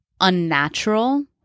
unnatural